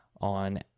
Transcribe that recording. on